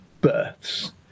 births